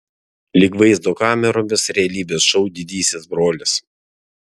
lyg vaizdo kameromis realybės šou didysis brolis